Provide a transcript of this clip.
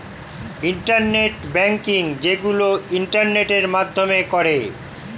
internet banking যেইগুলো ইন্টারনেটের মাধ্যমে করে